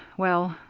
well,